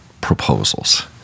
proposals